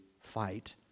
fight